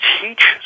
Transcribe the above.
teach